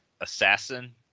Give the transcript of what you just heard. assassin